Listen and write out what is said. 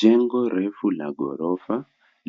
Jengo refu la ghorofa